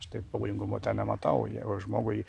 aš tai pavojingumo ten nematau jeigu žmogui